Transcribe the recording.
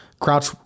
Crouch